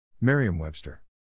Merriam-Webster